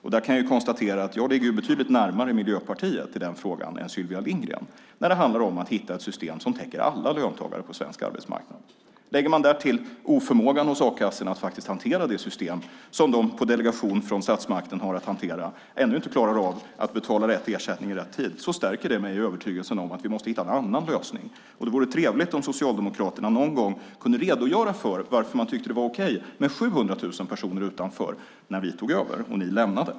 Jag kan konstatera att jag ligger betydligt närmare Miljöpartiet än Sylvia Lindgren när det handlar om att hitta ett system som täcker alla löntagare på svensk arbetsmarknad. Lägger man till oförmågan hos a-kassorna att hantera det system som de på delegation från statsmakten har att hantera - de klarar ännu inte av att betala rätt ersättning i rätt tid - stärker det mig i min övertygelse att vi måste hitta en annan lösning. Det vore trevligt om Socialdemokraterna någon gång kunde redogöra för varför man tyckte att det var okej med 700 000 personer utanför när vi tog över och ni lämnade.